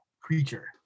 creature